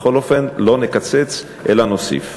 בכל אופן, לא נקצץ אלא נוסיף.